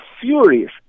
furious